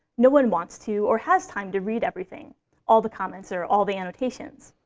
no one wants to or has time to read everything all the comments or all the applications.